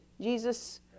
Jesus